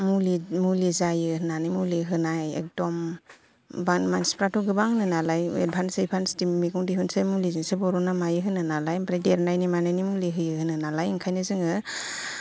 मुलि मुलि जायो होन्नानै मुलि होनाय एखदम बां मानसिफ्राथ' गोबां होनो नालाय एदभान्स एदभान्स दिम मैगं दिहुनसै मुलिजोंसो बर'नोना मायो होनो नालाय ओमफ्राय देरनायनि मानायनि मुलि होयो होनो नालाय ओंखायनो जोङो